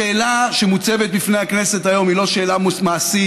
השאלה שמוצבת לפני הכנסת היום היא לא שאלה מעשית,